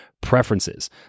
preferences